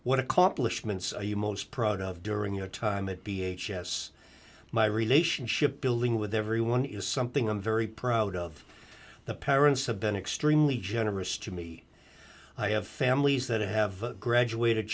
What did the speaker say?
what accomplishments are you most proud of during your time at b h s my relationship building with everyone is something i'm very proud of the parents have been extremely generous to me i have families that have graduated